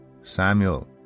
Samuel